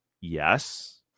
yes